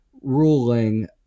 ruling